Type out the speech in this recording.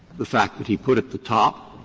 the fact that he put at the top,